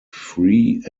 free